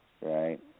right